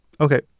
Okay